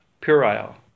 Puerile